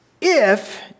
If